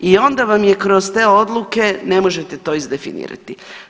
I onda vam je kroz te odluke ne možete to izdefinirati.